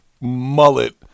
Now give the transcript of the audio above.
mullet